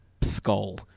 skull